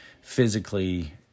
physically